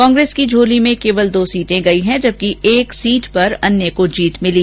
कांग्रेस की झोली में केवल दो सीट गई हैं जबकि एक सीट पर अन्य को जीत मिली